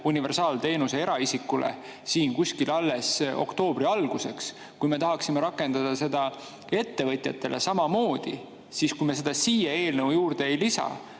universaalteenuse eraisikutele kuskil alles oktoobri alguses. Kui me tahaksime rakendada seda ettevõtjatele samamoodi, siis kui me seda siia eelnõu juurde ei lisa,